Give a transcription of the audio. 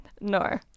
No